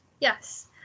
yes